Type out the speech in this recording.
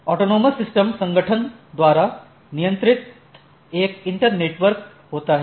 autonomous system संगठन द्वारा नियंत्रित एक इंटरनेटवर्क होता है